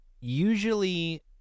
usually